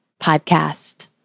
podcast